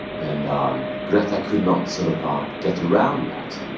and greta could not sort of um get around that,